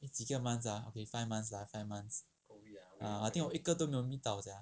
几个 months ah five months lah five months ah I think 我一个都没有 meet 到 sia